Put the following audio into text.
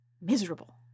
Miserable